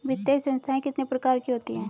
वित्तीय संस्थाएं कितने प्रकार की होती हैं?